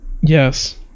Yes